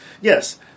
yes